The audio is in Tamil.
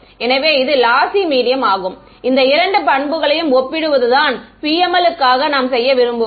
எனவே இதுவே லாசி மீடியம் ஆகும் இந்த இரண்டு பண்புகளையும் ஒப்பிடுவதுதான் PML க்காக நாம் செய்ய விரும்புவது